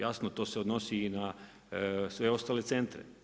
Jasno to se odnosi i na sve ostale centre.